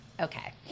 Okay